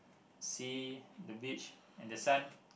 sea the beach and the sun